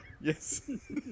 Yes